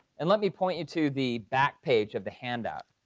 and let me point you to the backpage of the handout.